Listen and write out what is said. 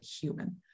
human